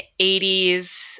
80s